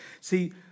See